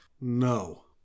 no